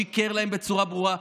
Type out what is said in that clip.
שיקר להם בצורה ברורה.